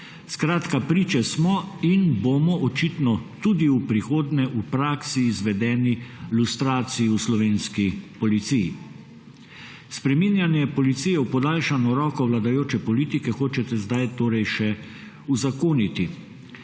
režimu. Priče smo in bomo očitno tudi v prihodnje v praksi izvedeni lustraciji v slovenski policiji. Spreminjanje policije v podaljšano roko vladajoče politike hočete zdaj še uzakoniti.